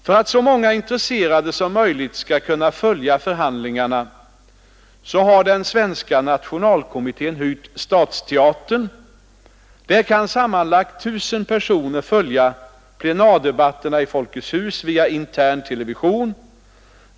För att så många intresserade som möjligt skall kunna följa förhandlingarna har Svenska nationalkommittén hyrt Stadsteatern. Där kan sammanlagt 1 000 personer följa plenardebatterna i Folkets hus via intern television.